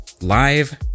live